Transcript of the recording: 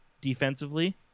defensively